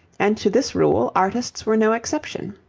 and to this rule artists were no exception.